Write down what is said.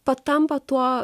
patampa tuo